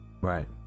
Right